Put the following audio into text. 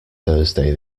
thursday